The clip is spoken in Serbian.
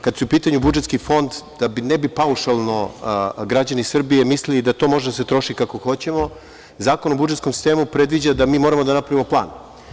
Kada je u pitanju budžetski fond, da ne bi paušalno građani Srbije mislili da to može da se troši kako hoćemo, Zakon o budžetskom sistemu predviđa da mi moramo da napravimo plan.